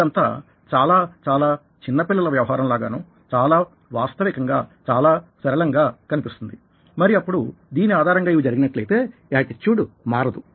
ఇదంతా చాలా చాలా చిన్న పిల్లల వ్యవహారం లాగానో చాలా వాస్తవికంగా చాలా సరళంగా కనిపిస్తుంది మరి అప్పుడు దీని ఆధారంగా ఇవన్నీ జరుగినట్లయితే యాటిట్యూడ్ మారదు